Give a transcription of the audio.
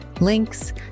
links